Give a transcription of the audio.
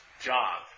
job